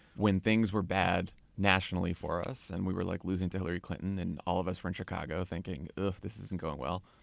when things were bad nationally for us and we were like losing to hillary clinton, and all of us were in chicago thinking, ugh, this isn't going well.